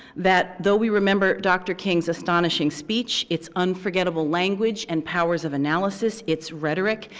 that though we remember dr. king's astonishing speech, it's unforgettable language and powers of analysis, it's rhetoric,